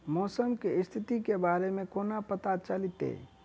मौसम केँ स्थिति केँ बारे मे कोना पत्ता चलितै?